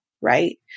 right